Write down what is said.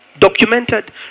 Documented